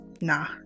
nah